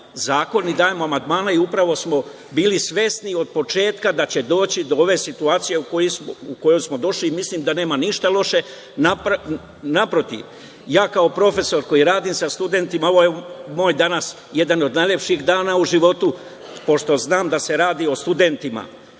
zakon i dajemo amandmane i upravo smo bili svesni otpočetka da će doći do ove situacije u koju smo došli i mislim da nema ništa loše. Naprotiv, ja kao profesor koji radim sa studentima, ovo je danas jedan od najlepših dana u mom životu, pošto znam da se radi o studentima